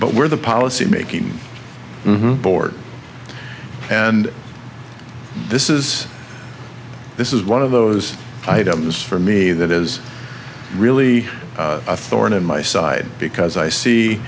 but we're the policy making board and this is this is one of those items for me that is really a thorn in my side because i see